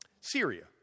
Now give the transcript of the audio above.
Syria